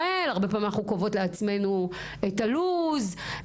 הרבה פעמים אנחנו קובעות לעצמנו את הלו"ז.